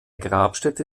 grabstätte